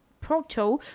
proto